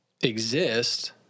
exist